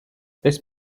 this